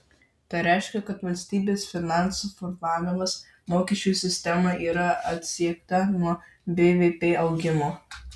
tai reiškia kad valstybės finansų formavimas mokesčių sistema yra atsieta nuo bvp augimo